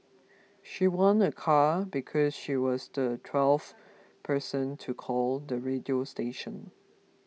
she won a car because she was the twelfth person to call the radio station